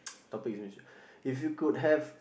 topic is which if you could have